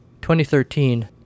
2013